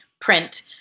print